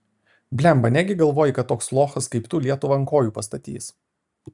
blemba negi galvoji kad toks lochas kaip tu lietuvą ant kojų pastatys